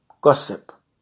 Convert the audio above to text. Gossip